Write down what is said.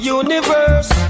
universe